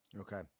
Okay